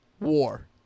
war